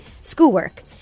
schoolwork